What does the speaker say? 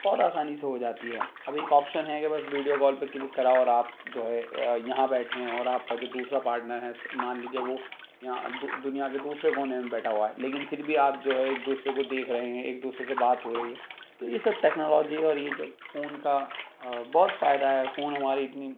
بہت آسانی سے ہو جاتی ہے اب ایک آفشن ہے کہ بس ویڈیو کال پہ کلک کرا اور آپ جو ہے یہاں بیٹھے ہوں اور آپ کا جو دوسرا پاٹرن ہے مان لیجیے وہ یہاں دنیا کے دوسرے کونے میں بیٹھا ہوا ہے لیکن پھر بھی آپ جو ہے ایک دوسرے کو دیکھ رہے ہیں ایک دوسرے سے بات ہو رہی ہے تو یہ سب ٹیکنالوجی ہے اور یہ جو فون کا بہت فائدہ ہے فون ہماری اتنی